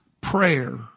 prayer